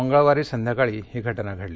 माळिवारी सध्याकाळी ही घटना घडली